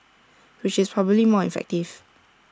which is probably more effective